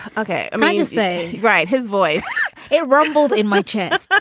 ok. i mean you say right. his voice a rumble in my chest. a